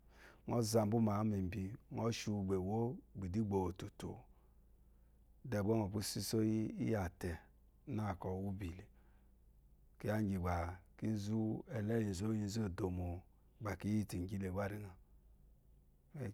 Ɔzàmbú má mè mébí ɔshíwú bé ɛwó èwú ìgbówú tótó de gba ɔbi sísó iyáté nákɔ ùbí ná kò kíyà ígì mbá kìzù ɛloyí zú òyízù òdàmó ìgì bɔ kɔ kì yì tú yílè mgba inyélé